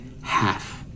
half